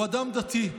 הוא אדם דתי,